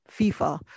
FIFA